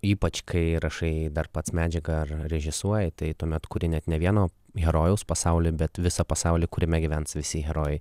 ypač kai rašai dar pats medžiagą ar režisuoji tai tuomet kuri net ne vieno herojaus pasaulį bet visą pasaulį kuriame gyvens visi herojai